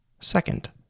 Second